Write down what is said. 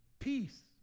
Peace